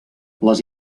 les